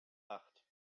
acht